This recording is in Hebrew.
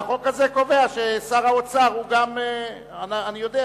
והחוק הזה קובע ששר האוצר הוא גם, אני יודע.